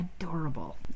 adorable